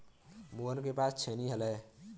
मोहन के पास छेनी हल है